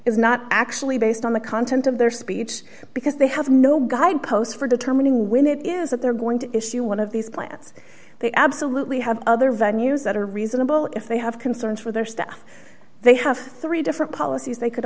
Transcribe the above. is not actually based on the content of their speech because they have no guideposts for determining when it is that they're going to issue one of these plants they absolutely have other venues that are reasonable if they have concerns for their staff they have three different policies they could